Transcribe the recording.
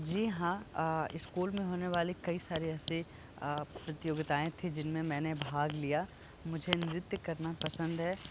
जी हाँ स्कूल में होने वाले कई सारे ऐसे प्रतियोगिताएँ थीं जिनमें मैंने भाग लिया मुझे नृत्य करना पसंद है